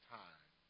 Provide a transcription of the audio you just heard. time